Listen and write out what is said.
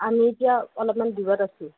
আৰু এতিয়া অলপমান দূৰত আছো